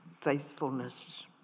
faithfulness